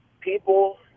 people